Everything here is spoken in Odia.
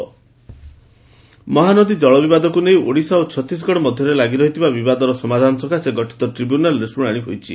ମହାନଦୀ ପ୍ରସଙଙ ମହାନଦୀ ଜଳବିବାଦକୁ ନେଇ ଓଡ଼ିଶା ଓ ଛତିଶଗଡ଼ ମଧ୍ଧରେ ଲାଗିରହିଥିବା ବିବାଦର ସମାଧାନ ସକାଶେ ଗଠିତ ଟିବ୍ୟୁନାଲ୍ରେ ଶୁଶାଶି ହୋଇଛି